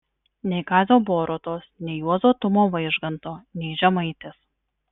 nei kazio borutos nei juozo tumo vaižganto nei žemaitės